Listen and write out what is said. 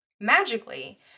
Magically